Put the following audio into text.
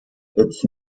its